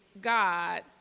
God